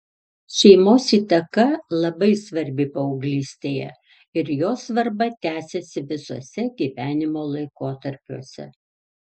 šeimos įtaka labai svarbi paauglystėje ir jos svarba tęsiasi visuose gyvenimo laikotarpiuose